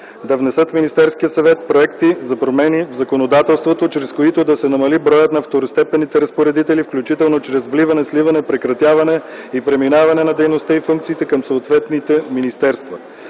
да внесат в Министерския съвет проекти за промени в законодателството, чрез които да се намали броят на второстепенните разпоредители, включително чрез вливане, сливане, прекратяване и преминаване на дейности и функции към съответните министерства.”